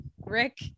Rick